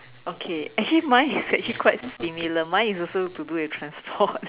okay actually mine is actually quite similar mine is also to do with transport